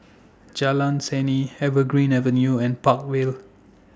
Jalan Seni Evergreen Avenue and Park Vale